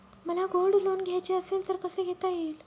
मला gold loan घ्यायचे असेल तर कसे घेता येईल?